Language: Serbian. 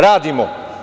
Radimo.